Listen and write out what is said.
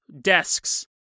desks